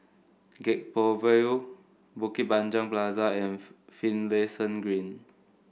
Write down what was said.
Gek Poh Ville Bukit Panjang Plaza and Finlayson Green